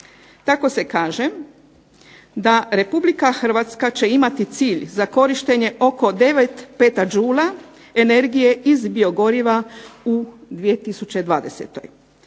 Tako se kaže da Republika Hrvatske će imati cilj za korištenje 9 PJ, energije iz biogoriva u 2020.